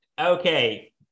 okay